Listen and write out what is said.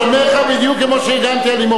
בדיוק כמו שהגנתי על לימור לבנת.